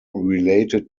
related